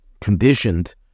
conditioned